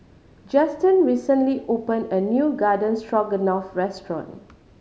Juston recently opened a new Garden Stroganoff restaurant